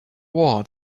war